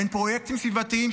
אין פרויקטים סביבתיים,